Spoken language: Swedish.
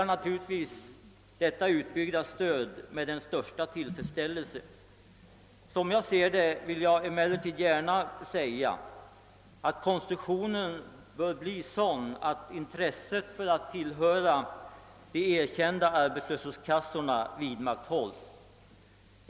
Naturligtvis hälsar jag detta utbyggda stöd med den största tillfredsställelse. Jag vill emellertid betona att konstruktionen bör bli sådan att intresset för att tillhöra de erkända arbetslöshetskassorna vidmakthålls.